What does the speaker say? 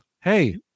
hey